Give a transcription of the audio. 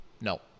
No